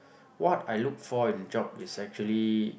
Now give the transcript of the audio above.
what I look for in a job is actually